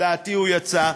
לדעתי הוא יצא,